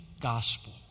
gospel